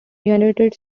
united